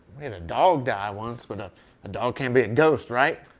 we had a dog die once, but a dog can't be a ghost, right?